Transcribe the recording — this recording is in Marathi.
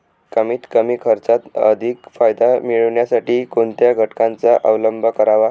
कमीत कमी खर्चात अधिक फायदा मिळविण्यासाठी कोणत्या घटकांचा अवलंब करावा?